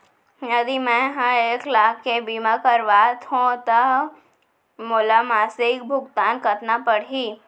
यदि मैं ह एक लाख के बीमा करवात हो त मोला मासिक भुगतान कतना पड़ही?